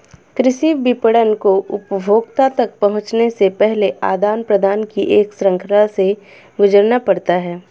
कृषि विपणन को उपभोक्ता तक पहुँचने से पहले आदान प्रदान की एक श्रृंखला से गुजरना पड़ता है